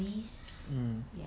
mm